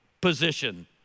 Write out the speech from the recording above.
position